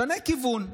שנה כיוון,